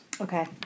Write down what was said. Okay